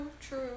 true